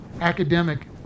academic